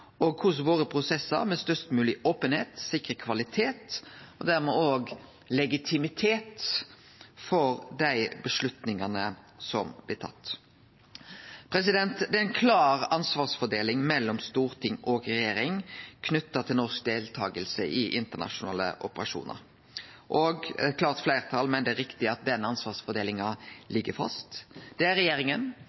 og korleis våre prosessar med størst mogleg openheit sikrar kvalitet og dermed legitimitet for dei avgjerdene som blir tatt. Det er ei klar ansvarsfordeling mellom storting og regjering knytt til norsk deltaking i internasjonale operasjonar. Eit klart fleirtal meiner det er riktig at den ansvarsfordelinga ligg fast. Det er regjeringa